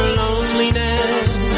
loneliness